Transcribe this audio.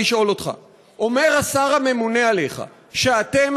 לשאול אותך: אומר השר הממונה עליך שאתם,